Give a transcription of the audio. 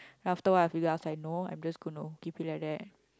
after what if you ask I know I am just going to keep it like that